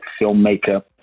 filmmaker